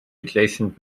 adjacent